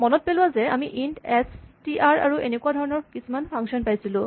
মনত পেলোৱা যে আমি ইন্ট এচ টি আৰ আৰু এনেকুৱা ধৰণৰ কিছুমান ফাংচন পাইছিলোঁ